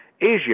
Asia